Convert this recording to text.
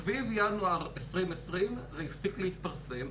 סביב ינואר 2020 זה הפסיק להתפרסם,